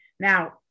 Now